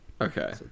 Okay